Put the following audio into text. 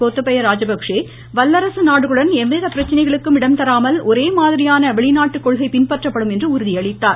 கோத்தபய வல்லரசு நாடுகளுடன் எவ்வித பிரச்சனைகளுக்கும் இடம் தராமல் ஒரே மாதிரியான வெளிநாட்டுக்கொள்கை பின்பற்றப்படும் என்று உறுதியளித்தார்